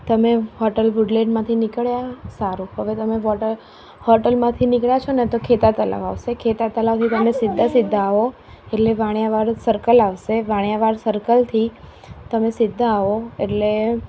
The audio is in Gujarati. તમે હોટલ વુડલેન્ડમાંથી નીકળ્યા સારું હવે તમે વોટલ હોટલમાંથી નીકળ્યા છો ને તો ખેતા તળાવ આવશે ખેતા તળાવથી સીધા સીધા આવો એટલે વાણિયા વાડ સર્કલ આવશે વાણિયા વાડ સર્કલથી તમે સીધા આવો એટલે